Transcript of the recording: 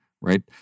right